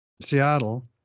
Seattle